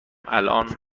الان